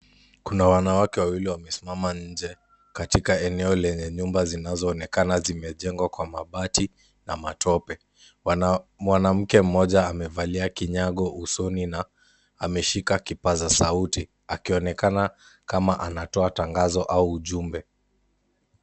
Kuna wanawake wawili ambao wamesimama nje katika eneo lenye nyumba zinazoonekana zimejengwa kwa mabati na matope. Mwanamke mmoja amevalia kinyago usoni na ameshika kipaza sauti akionekana kama anatoa tangazo au ujumbe.